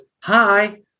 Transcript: Hi